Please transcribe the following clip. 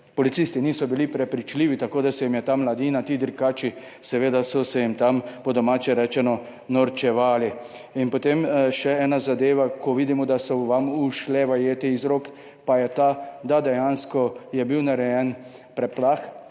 policisti niso bili prepričljivi, tako da se je tam ta mladina, ti dirkači so se, po domače rečeno, norčevali. In potem še ena zadeva, ko vidimo, da so vam ušle vajeti iz rok, pa je ta, da je bil dejansko narejen preplah